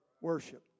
worship